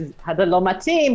זה לא מתאים,